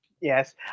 yes